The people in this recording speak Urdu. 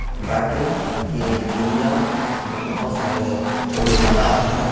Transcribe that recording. بائکنگ کی دنیا میں بہت سارے رجحانات ہیں